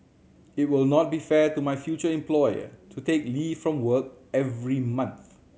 it will not be fair to my future employer to take leave from work every month